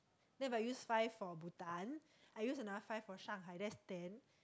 then but I use five for Bhutan I use another five for Shanghai that's ten